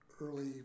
early